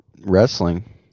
Wrestling